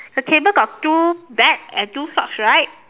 the table got two bag and two socks right